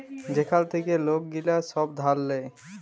যেখাল থ্যাইকে লক গিলা ছব ধার লেয়